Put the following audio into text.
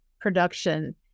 production